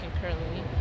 currently